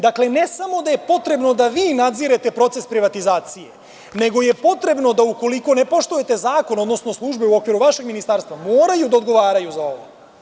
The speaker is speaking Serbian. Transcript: Dakle, ne samo da je potrebno da vi nadzirete proces privatizacije, nego je potrebno da ukoliko ne poštujete zakon, odnosno službe u okviru vašeg ministarstva moraju da odgovaraju za ovo.